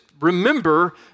remember